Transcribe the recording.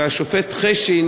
והשופט חשין